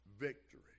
victory